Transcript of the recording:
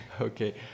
Okay